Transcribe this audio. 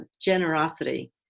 generosity